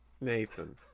Nathan